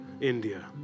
India